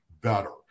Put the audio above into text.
better